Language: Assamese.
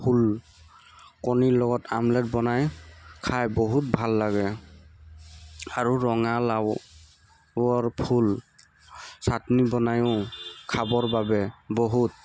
ফুল কণীৰ লগত আমলেট বনাই খাই বহুত ভাল লাগে আৰু ৰঙা লাও অৰ ফুল চাটনি বনাইও খাবৰ বাবে বহুত